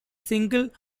single